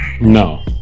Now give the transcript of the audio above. no